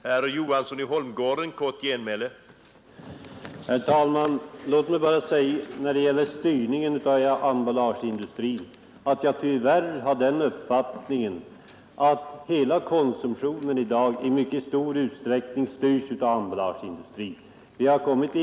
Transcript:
Herr talman! Låt mig när det gäller styrningen från emballageindustrin bara säga att jag har den uppfattningen att konsumtionen i dag tyvärr i mycket stor utsträckning styrs av emballageindustrin.